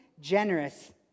generous